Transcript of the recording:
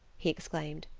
he exclaimed.